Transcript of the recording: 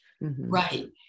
Right